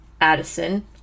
Addison